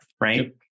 Right